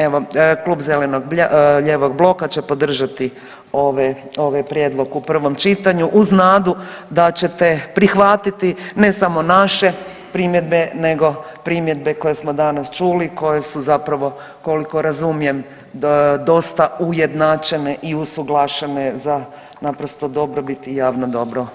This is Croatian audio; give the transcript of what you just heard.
Evo, Klub zeleno-lijevog bloka će podržati ove, ovaj prijedlog u prvom čitanju uz nadu da ćete prihvatiti ne samo naše primjedbe nego primjedbe koje smo danas čuli koje su zapravo koliko razumijem dosta ujednačene i usuglašene za naprosto dobrobit i javno dobro